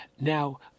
Now